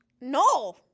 No